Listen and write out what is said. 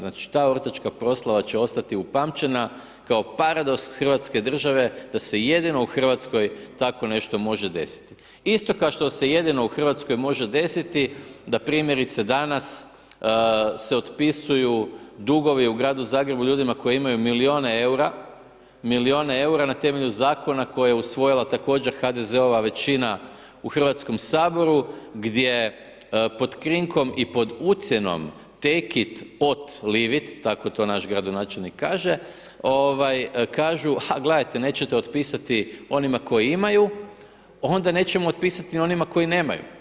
Znači ta ortačka proslava će ostati upamćena kao paradoks hrvatske države da se jedino u Hrvatskoj tako nešto može desiti isto kao što se jedini u Hrvatskoj može desiti da primjerice danas se otpisuju dugovi u gradu Zagrebu ljudima koji imaju milijune eura na temelju zaklona koje je usvojila također HDZ-ova većina u Hrvatskom saboru gdje pod krinkom i pod ucjenom „take ot leave it“ tako to naš gradonačelnik kaže, kažu a gledajte, nećete otpisati onima koji imaju onda nećemo otpisati onima koji nemaju.